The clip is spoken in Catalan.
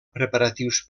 preparatius